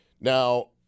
Now